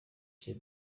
jay